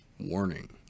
warning